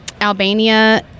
Albania